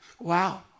Wow